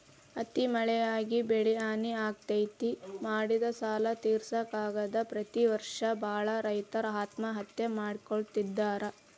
ಅತಿ ಮಳಿಯಾಗಿ ಬೆಳಿಹಾನಿ ಆಗ್ತೇತಿ, ಮಾಡಿದ ಸಾಲಾ ತಿರ್ಸಾಕ ಆಗದ ಪ್ರತಿ ವರ್ಷ ಬಾಳ ರೈತರು ಆತ್ಮಹತ್ಯೆ ಮಾಡ್ಕೋತಿದಾರ